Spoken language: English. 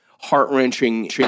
heart-wrenching